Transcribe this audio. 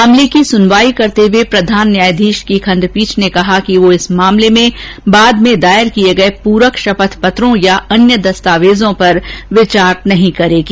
मामले की सुनवाई करते हुए प्रधान न्यायाधीश की खंडपीठ ने कहा कि वह इस मामले में बाद में दायर किए गए प्रक शपथ पत्रों या अन्य दस्तावेजों पर विचार नहीं करेगी